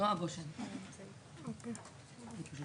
אני רק